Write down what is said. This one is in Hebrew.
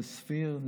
זה סביר.